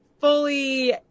fully